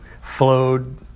flowed